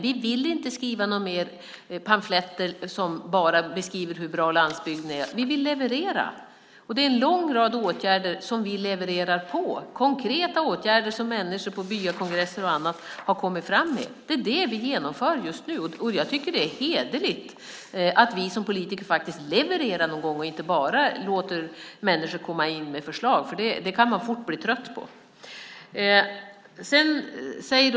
Vi vill inte skriva fler pamfletter som bara beskriver hur bra landsbygden är. Vi vill leverera, och vi levererar också vad gäller en lång rad åtgärder. Det handlar om konkreta åtgärder som människor på byakongresser och annat kommit fram med. Det genomför vi nu, och jag tycker att det är hederligt att vi politiker också levererar någon gång och inte bara låter människor komma med förslag. Det kan man fort bli trött på.